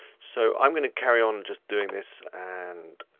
so i'm gonna carry on just doing this and